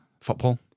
football